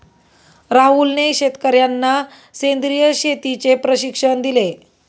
राहुलने शेतकर्यांना सेंद्रिय शेतीचे प्रशिक्षण दिले